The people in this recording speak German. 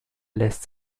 lässt